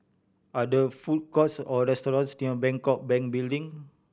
are there food courts or restaurants near Bangkok Bank Building